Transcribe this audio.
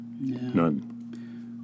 none